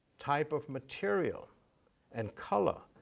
type of material and color.